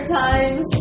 times